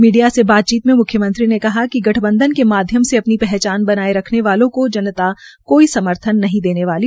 media से बातचीत में मुख्यमंत्री ने कहा कि गठबंधन के माध्यम से अपन पहचान बनाये रखने वालों को जनता कोई समर्थन नहीं देने वाली